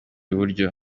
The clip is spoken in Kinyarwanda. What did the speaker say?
buryo